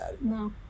No